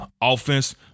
Offense